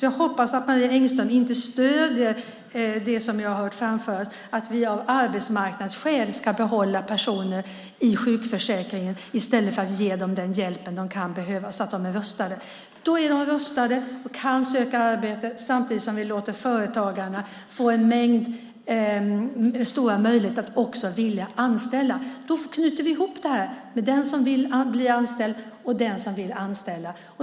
Jag hoppas att Marie Engström inte stöder det som jag har hört framföras, nämligen att vi av arbetsmarknadsskäl ska behålla personer i sjukförsäkringen i stället för att ge dem den hjälp som de kan behöva för att de ska vara rustade. Då kan de söka arbete, och samtidigt ger vi företagarna en mängd möjligheter för att de också ska vilja anställa. Vi knyter ihop den som vill bli anställd och den som vill anställa.